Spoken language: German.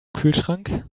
kühlschrank